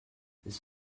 this